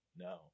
no